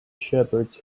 shepherds